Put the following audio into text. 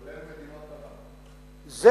כולל מדינות ערב.